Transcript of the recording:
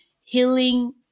healing